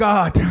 God